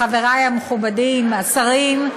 חברי המכובדים, השרים,